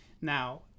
now